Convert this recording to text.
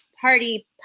party